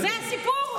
זה הסיפור?